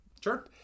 Sure